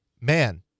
man